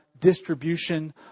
distribution